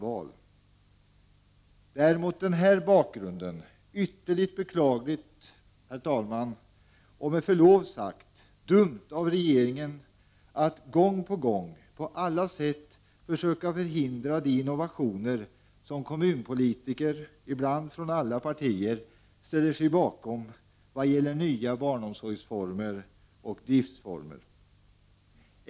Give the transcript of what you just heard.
Det är mot den här bakgrunden ytterligt beklagligt och, herr talman, med förlov sagt, dumt av regeringen att gång på gång på alla sätt försöka förhindra de innovationer som kommunalpolitiker, ibland från alla partier, ställer sig bakom vad gäller nya barnomsorgsformer och driftsformer.